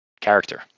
Character